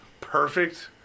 perfect